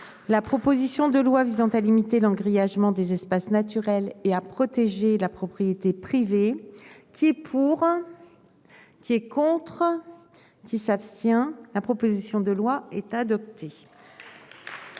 La proposition de loi visant à limiter l'an grillage ment des espaces naturels et à protéger la propriété privée qui est pour. Qui est contre. Qui s'abstient. La proposition de loi est adopté.